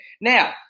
Now